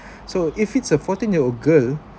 so if it's a fourteen year old girl